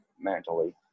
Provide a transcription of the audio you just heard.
mentally